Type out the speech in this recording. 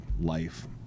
life